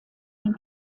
den